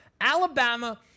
Alabama